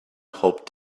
hoped